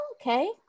Okay